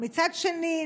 מצד שני,